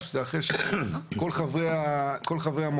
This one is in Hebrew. הוא